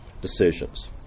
decisions